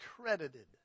credited